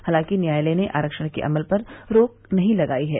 हालांकि न्यायालय ने आरक्षण के अमल पर रोक नहीं लगाई है